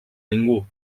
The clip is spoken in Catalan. ningú